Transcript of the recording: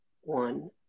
one